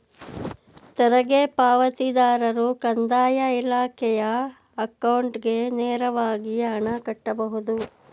ತೆರಿಗೆ ಪಾವತಿದಾರರು ಕಂದಾಯ ಇಲಾಖೆಯ ಅಕೌಂಟ್ಗೆ ನೇರವಾಗಿ ಹಣ ಕಟ್ಟಬಹುದು